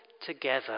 Together